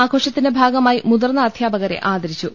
ആഘോഷത്തിന്റെ ഭാഗ മായി മുതിർന്ന അധ്യാപകരെ ആദരിച്ചു